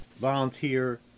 volunteer